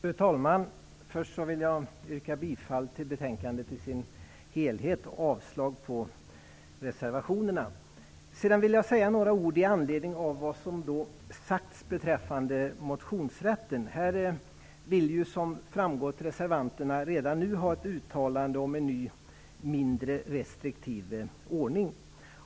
Fru talman! Först vill jag yrka bifall till betänkandet i sin helhet och avslag på reservationerna. Sedan vill jag säga några ord i anledning av vad som sagts beträffande motionsrätten. Reservanterna vill, som framgått, redan nu ha ett uttalande om en ny, mindre restriktiv ordning.